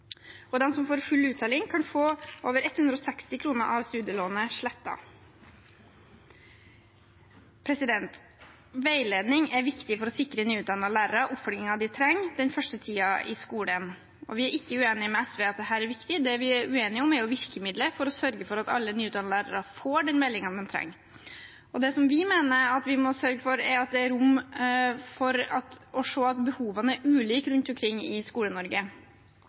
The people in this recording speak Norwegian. Og den som får full uttelling, kan få over 160 000 kr av studielånet slettet. Veiledning er viktig for å sikre nyutdannede lærere den oppfølgingen de trenger den første tiden i skolen. Vi er ikke uenige med SV i at dette er viktig. Det vi er uenige om, er virkemidlet for å sørge for at alle nyutdannede lærere får den veiledningen de trenger. Det vi mener vi må sørge for, er at det er rom for å se at behovene er ulike rundt omkring i